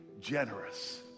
generous